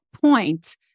point